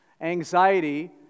Anxiety